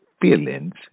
feelings